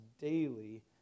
daily